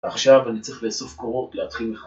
עכשיו אני צריך לאסוף קורות, להתחיל מחדש